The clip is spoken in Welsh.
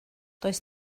does